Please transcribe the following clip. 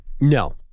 No